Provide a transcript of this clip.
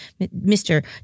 Mr